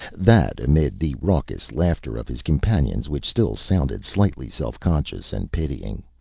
that, amid the raucous laughter of his companions, which still sounded slightly self-conscious and pitying.